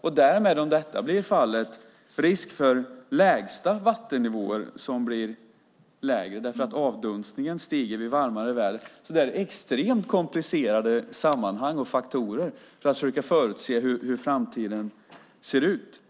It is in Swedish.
Och om detta blir fallet finns det risk för lägre lägsta vattennivåer, eftersom avdunstningen stiger vid varmare väder. Det är extremt komplicerade sammanhang och faktorer när det gäller att försöka förutse hur framtiden ser ut.